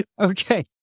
Okay